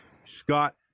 scott